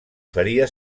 feria